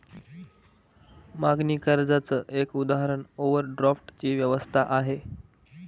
मागणी कर्जाच एक उदाहरण ओव्हरड्राफ्ट ची व्यवस्था आहे